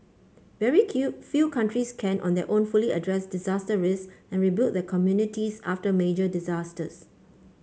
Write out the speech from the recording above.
very kill few countries can on their own fully address disaster risks and rebuild their communities after major disasters